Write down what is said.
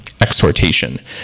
exhortation